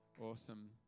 Awesome